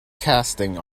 casting